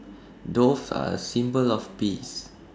doves are A symbol of peace